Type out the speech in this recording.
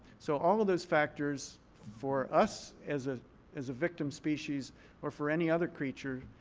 so all of those factors for us as ah as a victim species or for any other creature